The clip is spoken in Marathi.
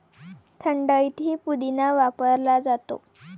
थंडाईतही पुदिना वापरला जातो